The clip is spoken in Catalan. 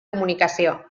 comunicació